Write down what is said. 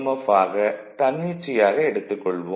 F ஆக தன்னிச்சையாக எடுத்துக் கொள்வோம்